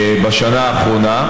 בשנה האחרונה.